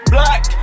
Black